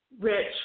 rich